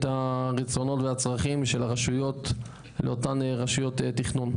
הרצונות והצרכים של הרשויות לאותן רשויות תכנון.